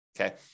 Okay